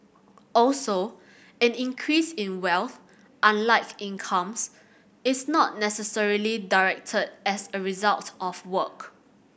also an increase in wealth unlike incomes is not necessarily direct a result of work